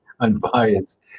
unbiased